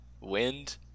wind